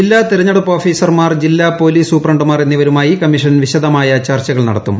ജില്ലാ തെരഞ്ഞെടുപ്പ് ഓഫീസർമാർ ജില്ലാ പൊലീസ് സൂപ്രണ്ടുമാർ എന്നിവരുമായി കമ്മീഷൻ വിശദമായ ചർച്ചകൾ നടത്തും